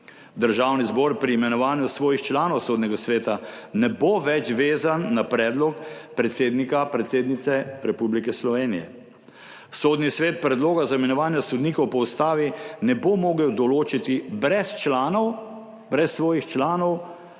Državni zbor pri imenovanju svojih članov Sodnega sveta ne bo več vezan na predlog predsednika, predsednice Republike Slovenije. Sodni svet predloga za imenovanje sodnikov po ustavi ne bo mogel določiti brez članov, brez svojih članov,